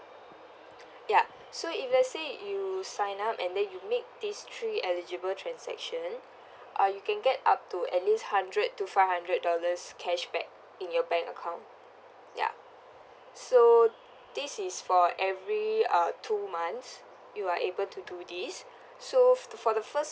ya so if let's say you sign up and then you make these three eligible transaction uh you can get up to at least hundred to five hundred dollars cashback in your bank account yeah so this is for every uh two months you are able to do this so for the first